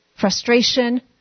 frustration